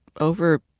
over